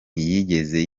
ntiyigeze